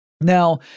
Now